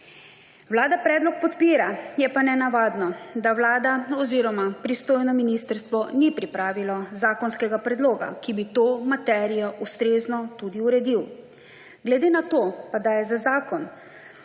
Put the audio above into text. Vlada predlog podpira, je pa nenavadno, da Vlada oziroma pristojno ministrstvo ni pripravilo zakonskega predloga, ki bi to materijo ustrezno tudi uredil. Glede na to, da je za Zakon